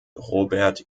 robert